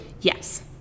Yes